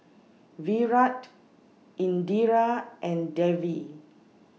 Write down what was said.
Virat Indira and Devi